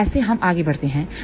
तो ऐसे हम आगे बढ़ते हैं